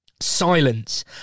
silence